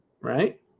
right